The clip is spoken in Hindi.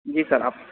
जी सर आप